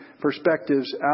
perspectives